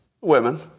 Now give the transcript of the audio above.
Women